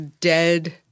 Dead